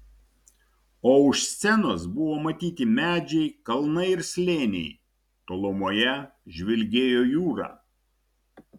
o už scenos buvo matyti medžiai kalnai ir slėniai tolumoje žvilgėjo jūra